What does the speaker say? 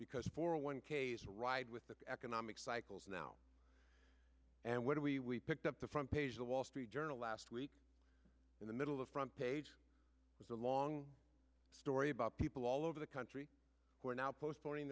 because for a one case ride with the economic cycles now and what do we picked up the front page of the wall street journal last week in the middle of the front page was a long story about people all over the country who are now postponing